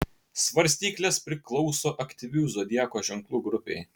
svarstyklės priklauso aktyvių zodiako ženklų grupei